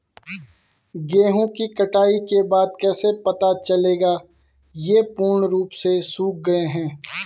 गेहूँ की कटाई के बाद कैसे पता चलेगा ये पूर्ण रूप से सूख गए हैं?